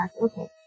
Okay